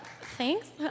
Thanks